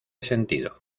sentido